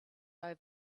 over